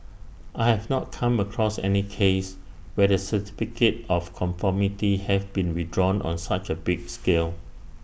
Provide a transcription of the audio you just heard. I have not come across any case where the certificate of conformity have been withdrawn on such A big scale